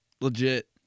Legit